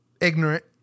ignorant